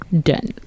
Done